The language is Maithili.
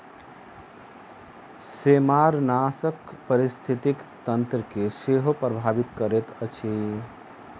सेमारनाशक पारिस्थितिकी तंत्र के सेहो प्रभावित करैत अछि